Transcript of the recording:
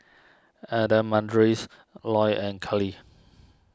Adamaris Loy and Cali